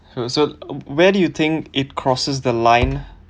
so so where do you think it crosses the line